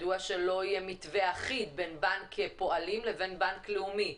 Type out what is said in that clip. מדוע שלא יהיה מתווה אחיד בין בנק פועלים לבין בנק לאומי,